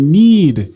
need